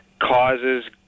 causes